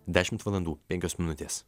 dešimt valandų penkios minutės